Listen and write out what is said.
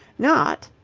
not,